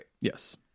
Yes